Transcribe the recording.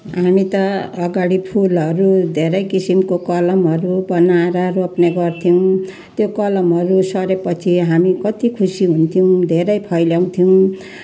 हामी त अगाडि फुलहरू धेरै किसिमको कलमहरू बनाएर रोप्ने गर्थ्यौँ त्यो कलमहरू सरेपछि हामी कति खुसी हुन्थ्यौँ धेरै फैल्याउँथ्यौँ